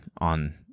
on